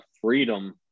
freedom